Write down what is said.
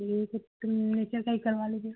ठीक है तो नेचर का ही करवा लीजिए